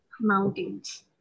mountains